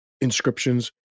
inscriptions